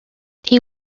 tea